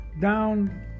down